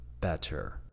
better